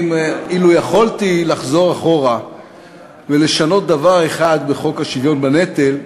אילו יכולתי לחזור אחורה ולשנות דבר אחד בחוק השוויון בנטל,